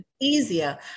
easier